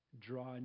Draw